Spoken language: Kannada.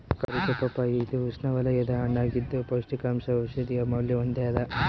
ಕಾರಿಕಾ ಪಪ್ಪಾಯಿ ಇದು ಉಷ್ಣವಲಯದ ಹಣ್ಣಾಗಿದ್ದು ಪೌಷ್ಟಿಕಾಂಶ ಔಷಧೀಯ ಮೌಲ್ಯ ಹೊಂದ್ಯಾದ